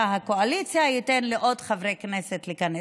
הקואליציה ייתן לעוד חברי כנסת להיכנס.